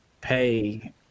pay